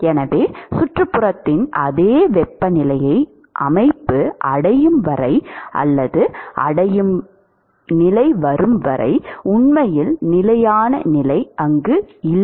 எனவே சுற்றுப்புறத்தின் அதே வெப்பநிலையை அமைப்பு அடையும் வரை அல்லது அடையும் வரை உண்மையில் நிலையான நிலை இல்லை